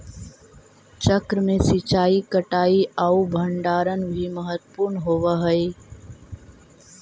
चक्र में सिंचाई, कटाई आउ भण्डारण भी महत्त्वपूर्ण होवऽ हइ